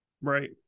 Right